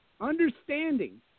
understanding